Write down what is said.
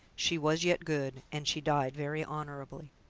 she was yet good, and she died very honourably.